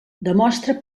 demostra